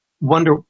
wonder